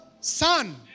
son